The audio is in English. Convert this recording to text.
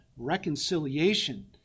reconciliation